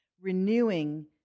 renewing